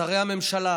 שרי הממשלה,